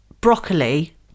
Broccoli